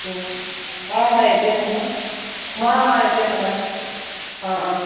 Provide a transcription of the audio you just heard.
হয় হয় এইটোয়েই নাম্বাৰ হয় হয় এইটোয়েই নাম্বাৰ অঁ অঁ